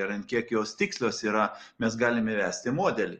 ir ant kiek jos tikslios yra mes galim įvesti modelį